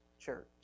church